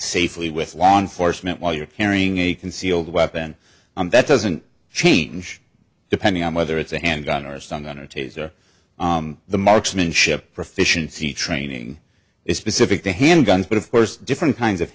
safely with law enforcement while you're carrying a concealed weapon that doesn't change depending on whether it's a handgun or stun gun or tazer the marksmanship proficiency training is specific to handguns but of course different kinds of